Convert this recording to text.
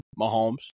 Mahomes